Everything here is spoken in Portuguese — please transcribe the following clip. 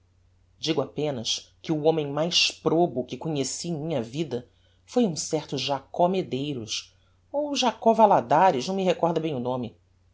digo apenas que o homem mais probo que conheci em minha vida foi um certo jacob medeiros ou jacob valladares não me recorda bem o nome